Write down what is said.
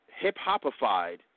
hip-hopified